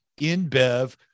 InBev